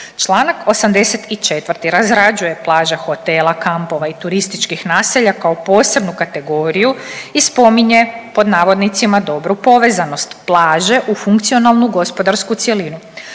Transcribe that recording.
Članak 84. razrađuje plaže hotela, kampova i turističkih naselja kao posebnu kategoriju i spominje pod navodnicima dobru povezanost plaže u funkcionalnu gospodarsku cjelinu.